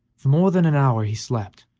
for more than an hour he slept,